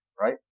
right